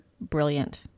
brilliant